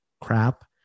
crap